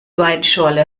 weinschorle